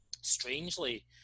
strangely